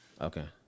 Okay